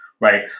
right